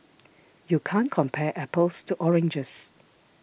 you can't compare apples to oranges